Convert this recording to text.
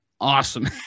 awesome